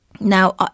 Now